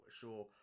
sure